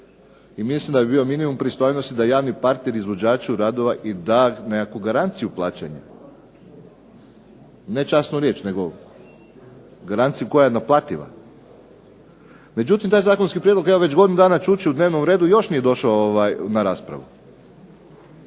i mislim da bi bio minimum pristojnosti da javni partner izvođaču radova i da nekakvu garanciju plaćanja. Ne časnu riječ nego garanciju koja je naplativa. Međutim, taj zakonski prijedlog evo već godinu dana čuči u dnevnom i još nije došao na raspravu.